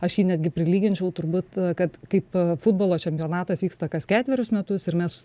aš jį netgi prilyginčiau turbūt kad kaip futbolo čempionatas vyksta kas ketverius metus ir mes